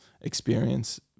experience